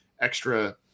extra